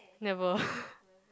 never